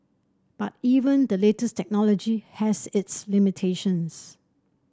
but even the latest technology has its limitations